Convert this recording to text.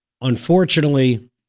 unfortunately